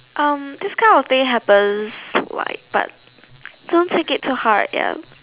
um this kind of things happen like but don't take it to hard ya